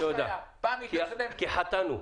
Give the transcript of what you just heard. --- כי חטאנו.